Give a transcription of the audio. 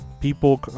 people